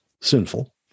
sinful